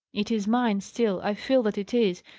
it is mine still i feel that it is.